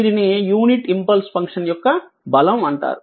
దీనిని unit impulse function యొక్క బలం అంటారు